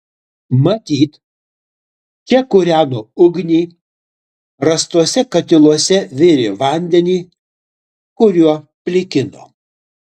matyt čia kūreno ugnį rastuose katiluose virė vandenį kuriuo plikino